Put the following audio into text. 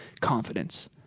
confidence